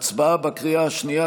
הצבעה בקריאה השנייה